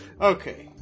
Okay